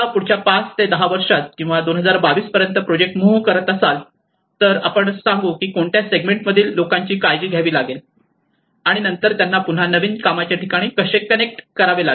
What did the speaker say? समजा पुढच्या पाच ते दहा वर्षात किंवा 2022 पर्यंत प्रोजेक्ट मूव्ह करत असाल तर आपण सांगू की कोणत्या सेगमेंट मधील लोकांची काळजी घ्यावी लागेल आणि नंतर त्यांना पुन्हा नवीन कामाच्या ठिकाणी कसे कनेक्ट करावे